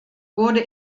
wurde